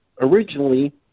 originally